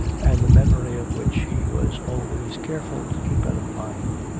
and the memory of which he was always careful to keep out of mind.